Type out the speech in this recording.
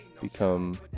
become